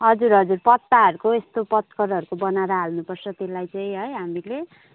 हजुर हजुर पत्ताहरूको यस्तो पत्करहरूको बनाएर हाल्नुपर्छ त्यसलाई चाहिँ है हामीले